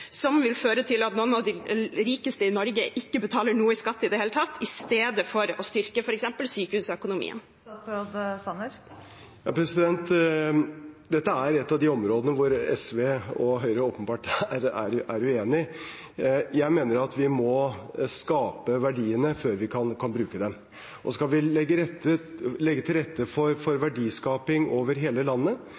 som vil føre til at noen av de rikeste i Norge ikke betaler noe skatt i det hele tatt, i stedet for å styrke f.eks. sykehusøkonomien? Dette er et av de områdene hvor SV og Høyre åpenbart er uenige. Jeg mener at vi må skape verdiene før vi kan bruke dem. Skal vi legge til rette for verdiskaping over hele landet, og skal vi legge til rette for